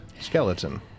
skeleton